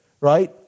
Right